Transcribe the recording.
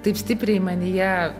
taip stipriai manyje